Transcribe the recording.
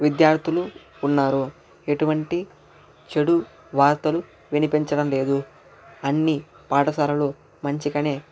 విద్యార్థులు ఉన్నారు ఎటువంటి చెడు వార్తలు వినిపించడం లేదు అన్నీ పాఠశాలలు మంచిగానే